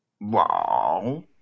Wow